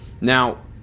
Now